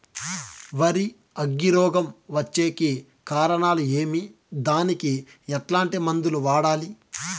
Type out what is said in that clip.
వరి అగ్గి రోగం వచ్చేకి కారణాలు ఏమి దానికి ఎట్లాంటి మందులు వాడాలి?